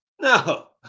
no